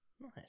Nice